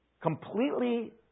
completely